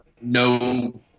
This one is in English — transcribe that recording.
no